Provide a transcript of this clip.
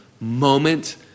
moment